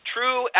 True